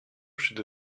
should